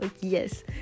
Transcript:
yes